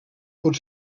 pot